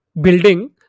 building